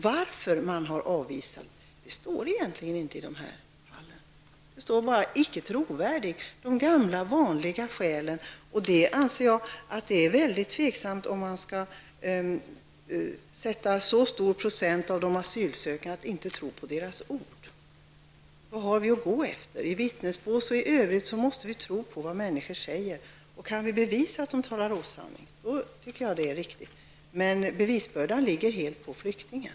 Varför man har utvisat vederbörande anges egentligen inte i de aktuella fallen. Det står bara ''icke trovärdig''. Det är de gamla vanliga hänvisningarna. Jag anser att det är mycket tveksamt att när det gäller en så stor procentandel av de asylsökande inte tro på deras ord. I vittnesbås och i övrigt måste vi tro på vad människor säger. Kan vi bevisa att de talar osanning, är det en annan sak, men bevisbördan läggs nu helt på flyktingen.